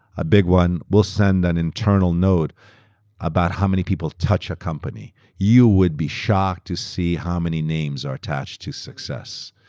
a big one, weaeurll send an internal note about how many people touch a company. you would be shocked to see how many names are attached to success.